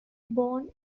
born